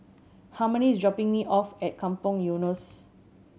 harmony is dropping me off at Kampong Eunos